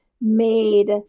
made